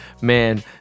Man